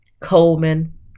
Coleman